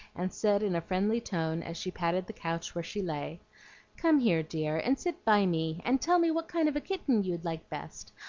and said in a friendly tone, as she patted the couch where she lay come here, dear, and sit by me, and tell me what kind of a kitten you'd like best.